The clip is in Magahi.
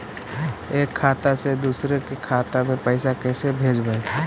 एक खाता से दुसर के खाता में पैसा कैसे भेजबइ?